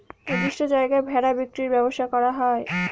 নির্দিষ্ট জায়গায় ভেড়া বিক্রির ব্যবসা করা হয়